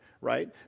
right